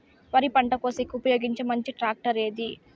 వరి పంట కోసేకి ఉపయోగించే మంచి టాక్టర్ ఏది?